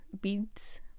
beads